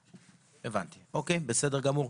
הבנתי, אוקיי, בסדר גמור.